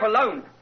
alone